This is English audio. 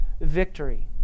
victory